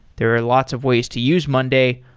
there are lots of ways to use monday,